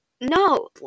no